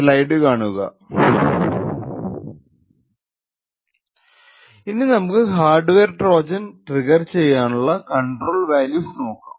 slide കാണുക സമയം 1148 ഇനി നമുക്ക് ഹാർഡ്വെയർ ട്രോജൻ ട്രിഗർ ചെയ്യാനുള്ള കണ്ട്രോൾ വാല്യൂസ് നോക്കാം